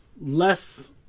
less